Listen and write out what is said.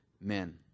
men